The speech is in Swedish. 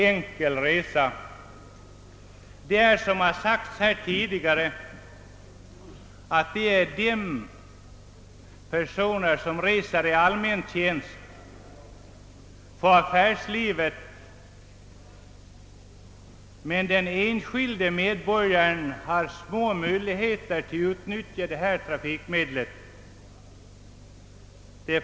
Som här tidigare framhållits har egentligen endast de personer som reser i allmän tjänst och de som är affärsmän råd att flyga, medan den enskilde medborgaren har små möjligheter att utnyttja detta trafikmedel.